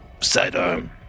sidearm